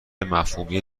مفهومی